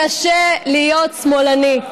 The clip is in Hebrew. קשה להיות שמאלני.